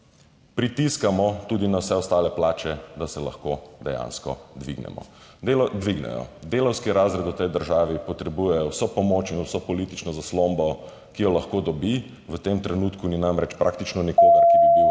pritiskamo tudi na vse ostale plače, da se lahko dejansko dvignejo. Delavski razred v tej državi potrebuje vso pomoč in vso politično zaslombo, ki jo lahko dobi. V tem trenutku ni namreč praktično nikogar, ki bi bil